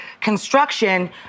construction